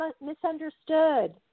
misunderstood